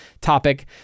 topic